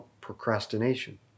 procrastination